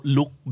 Look